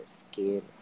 skin